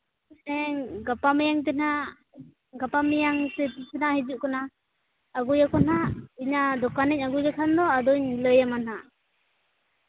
ᱦᱮᱸ ᱜᱟᱯᱟ ᱢᱮᱭᱟᱝ ᱛᱮ ᱱᱟᱜ ᱜᱟᱯᱟ ᱢᱮᱭᱟᱝ ᱥᱮ ᱛᱤᱱᱟ ᱦᱤᱡᱩᱜ ᱠᱟᱱᱟ ᱤᱧᱟᱹᱜ ᱫᱚᱠᱟᱱᱤᱧ ᱟᱹᱜᱩ ᱞᱮᱠᱷᱟᱱ ᱫᱚ ᱟᱫᱚᱧ ᱞᱟᱹᱭ ᱟᱢᱟ ᱱᱟᱦᱟᱸᱜ